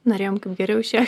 norėjom geriau išėjo